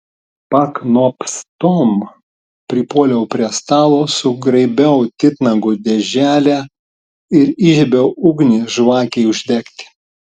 paknopstom pripuoliau prie stalo sugraibiau titnago dėželę ir įžiebiau ugnį žvakei uždegti